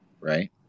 right